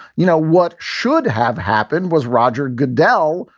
you know, what should have happened was roger goodell,